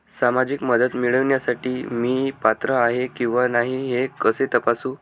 सामाजिक मदत मिळविण्यासाठी मी पात्र आहे किंवा नाही हे कसे तपासू?